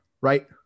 Right